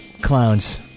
clowns